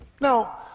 Now